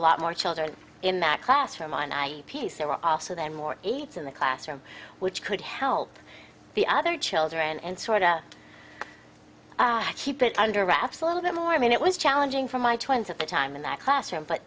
lot more children in that classroom on i e piece there were also then more aids in the classroom which could help the other children and sort of cheap it under wraps a little bit more i mean it was challenging for my twins at the time in that classroom but